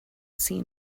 seen